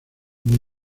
muy